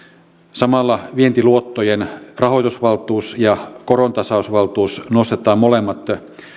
samalla vientiluottojen rahoitusvaltuus ja korontasausvaltuus nostetaan molemmat